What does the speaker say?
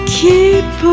keep